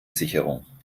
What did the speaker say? sicherung